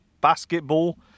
basketball